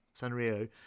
Sanrio